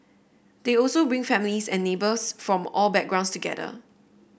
they also bring families and neighbours from all backgrounds together